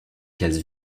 cases